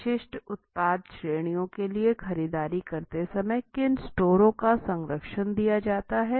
विशिष्ट उत्पाद श्रेणियों के लिए खरीदारी करते समय किन स्टोरों को संरक्षण दिया जाता है